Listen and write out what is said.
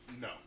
No